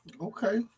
Okay